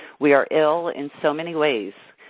we are ill in so many ways.